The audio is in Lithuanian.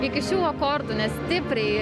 iki šių akordų nestipriai